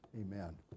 Amen